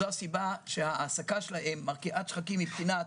זו הסיבה שההעסקה שלהם מרקיעת שחקים מבחינת